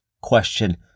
question